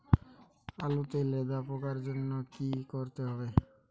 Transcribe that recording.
আলুতে লেদা পোকার জন্য কি করতে হবে?